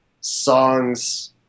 songs